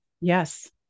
Yes